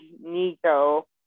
Nico